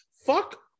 Fuck